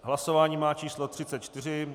Hlasování má číslo 34.